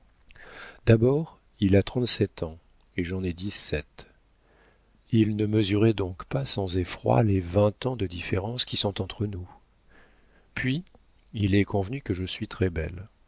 d'abord il a trente-sept ans et j'en ai dix-sept il ne mesurait donc pas sans effroi les vingt ans de différence qui sont entre nous puis il est convenu que je suis très-belle